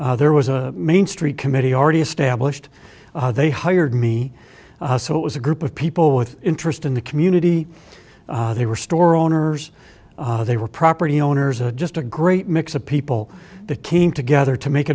four there was a main street committee already established they hired me so it was a group of people with interest in the community they were store owners they were property owners or just a great mix of people that came together to make